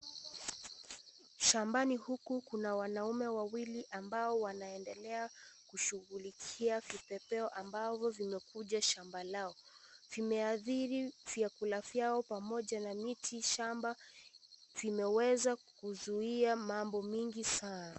Shambani huku, kuna wanaume wawili ambao wanaendelea kushughulikia vipepeo, ambazo zimekuja shamba lao. Vimeathiri vyakula vyao pamoja na miti shamba. Vimeweza kuzuia mambo mingi sana.